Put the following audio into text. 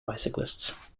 bicyclists